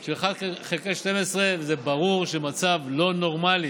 של אחד חלקי 12, וזה ברור שזה מצב לא נורמלי.